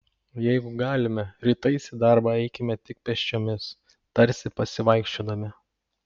jeigu galime rytais į darbą eikime tik pėsčiomis tarsi pasivaikščiodami